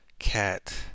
cat